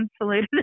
insulated